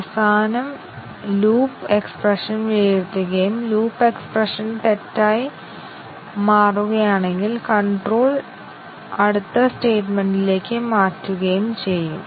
അതിനാൽ ഇത് condition testing test കേസുകളുടെ ആവർത്തനമാണ് ചില പോരായ്മകൾ